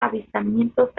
avistamientos